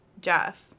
Jeff